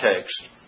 text